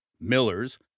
millers